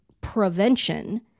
prevention